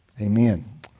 Amen